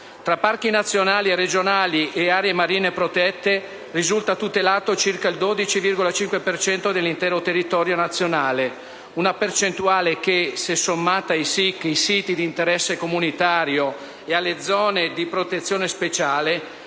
Tra parchi nazionali e regionali e aree marine protette, risulta tutelato circa il 12,5 per cento dell'intero territorio nazionale: una percentuale che, se sommata ai SIC (siti di interesse comunitario) e alle zone di protezione speciale,